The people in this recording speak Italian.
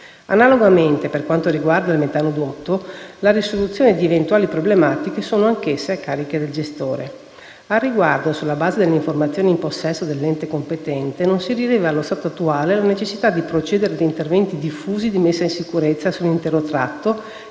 Analogamente, per quanto riguarda il metanodotto, la risoluzione di eventuali problematiche sono anch'esse a carico del gestore. Al riguardo, sulla base delle informazioni in possesso dell'ente competente, non si rileva, allo stato attuale, la necessità di procedere a interventi diffusi di messa in sicurezza sull'intero tratto,